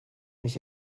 nicht